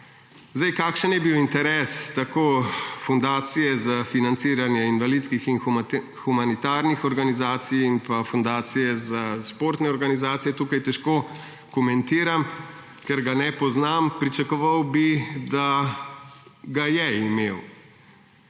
marca. Kakšen je bil interes Fundacije za financiranje invalidskih in humanitarnih organizacij ter Fundacije za financiranje športnih organizacij, tukaj težko komentiram, ker ga ne poznam. Pričakoval bi, sta ga je imeli.